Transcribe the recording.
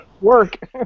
Work